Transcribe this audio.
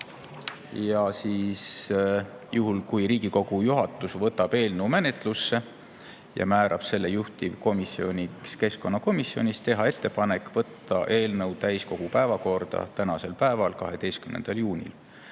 ja siis juhul, kui Riigikogu juhatus võtab eelnõu menetlusse ja määrab selle juhtivkomisjoniks keskkonnakomisjoni, teha ettepanek võtta eelnõu täiskogu päevakorda tänasel päeval, 12. juunil,